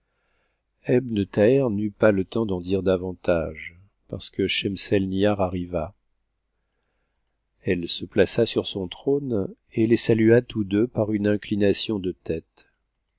thaher n'eut pas le temps d'en dire davantage parce que schemsdnihararriva elle se p aça sur son trône et les salua tous deux par une inclination de tête